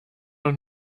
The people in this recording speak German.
und